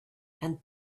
and